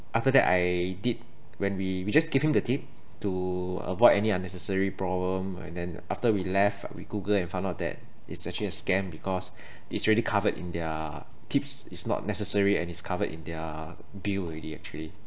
after that I did when we we just give him the tip to avoid any unnecessary problem and then after we left we google and found out that it's actually a scam because it's already covered in their tips it's not necessary and it's covered in their bill already actually